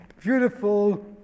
beautiful